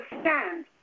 stand